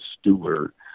Stewart